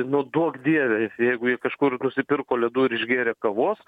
nu duok dieve jeigu jie kažkur nusipirko ledų ir išgėrė kavos